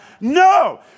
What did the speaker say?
No